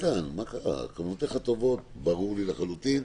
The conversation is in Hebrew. איתן, כוונותיך טובות, ברור לי לחלוטין.